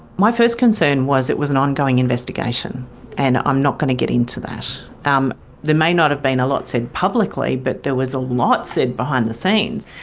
my first concern was it was an ongoing investigation and i'm not going to get into that. um there may not have been a lot said publicly but there was a lot said behind the scenes,